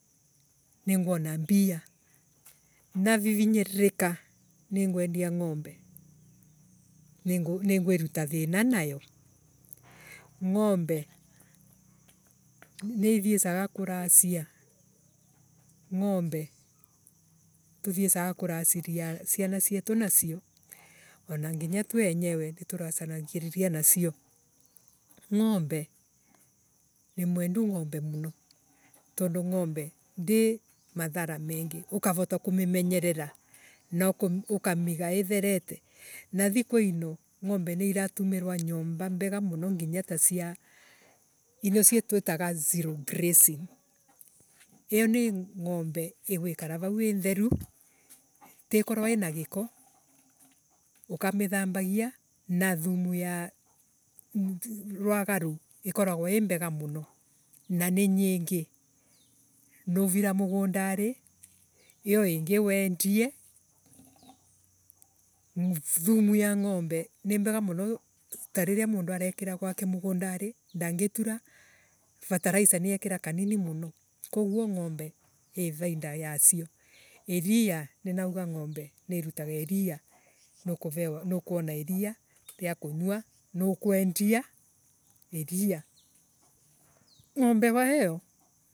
Ningwona mbia. Navivinyiririka ningwendia ngombe ningwiruta thina nayo. Ngombe ni ithiesaga kuracia ngombe nituthiesaga kuvaciria ciana nacio. Ana nginya tue enyewe nituiracagiriria nacio. Ngombe nimwendu ngombe muno tondu ngombe ndi madhara mengi. Ukavuta kumimenyerera na ukamiga itherete nathiku ino ngombe niiratumirwa nyomba mbega muno nginya tacia ino twitaa zero grazing. Iyo ni ngombe igwikara vau ii ntheru ukamithambagia na thumu ya noaga ruuu ikoragwa ii mbega muno na ni nyingi. nuvira mugundari iyo ingi wendie. Thumu ya ngombe ni mbega muno tariria mundu arekera gwake mugundari fertilizer niekira kanini muno. Koguo ngombe ii vaida ya si. Iria ninauga ngombe ni irutaga. Iria iria kunywa. niukwendia iria ngombe wa iyo